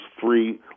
three